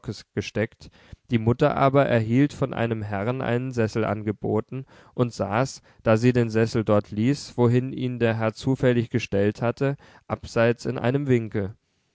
gesteckt die mutter aber erhielt von einem herrn einen sessel angeboten und saß da sie den sessel dort ließ wohin ihn der herr zufällig gestellt hatte abseits in einem winkel